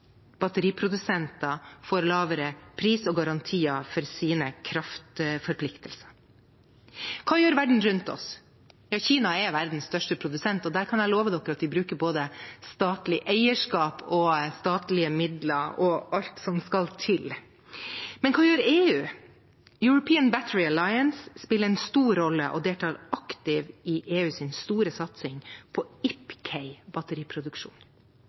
batteriprodusenter får lavere pris og garantier for sine kraftforpliktelser. Hva gjør verden rundt oss? Kina er verdens største produsent, og der kan jeg love at de bruker både statlig eierskap, statlige midler og alt som skal til. Men hva gjør EU? European Battery Alliance spiller en stor rolle og deltar aktivt i EUs store satsing på